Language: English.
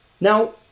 Now